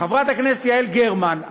חברת הכנסת יעל גרמן,